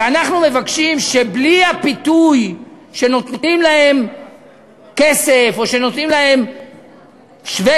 ואנחנו מבקשים שבלי הפיתוי שנותנים להם כסף או שנותנים להם שווה-כסף,